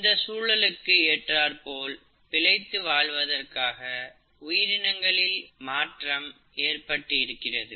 இந்த சூழலுக்கு ஏற்றாற்போல் பிழைத்து வாழ்வதற்காக உயிரினங்களில் மாற்றம் ஏற்பட்டிருக்கிறது